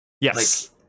yes